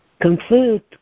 Conclude